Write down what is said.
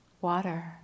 water